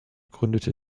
gründete